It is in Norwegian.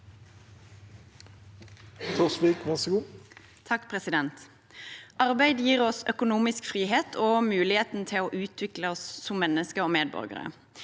Arbeid gir oss økonomisk frihet og muligheten til å utvikle oss som mennesker og medborgere.